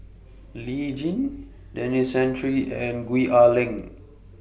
Lee Tjin Denis Santry and Gwee Ah Leng